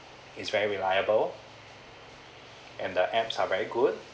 it's very reliable and the apps are very good